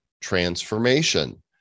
transformation